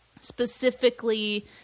specifically